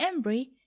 Embry